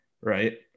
Right